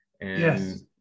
Yes